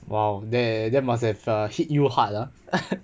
!wow! eh that must have err hit you hard ah